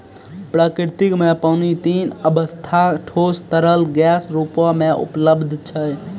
प्रकृति म पानी तीन अबस्था ठोस, तरल, गैस रूपो म उपलब्ध छै